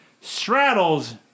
straddles